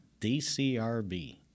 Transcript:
DCRB